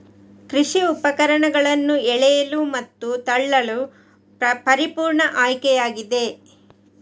ಕೃಷಿ ಉಪಕರಣಗಳನ್ನು ಎಳೆಯಲು ಮತ್ತು ತಳ್ಳಲು ಪರಿಪೂರ್ಣ ಆಯ್ಕೆಯಾಗಿದೆ